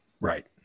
Right